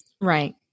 Right